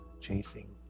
chasing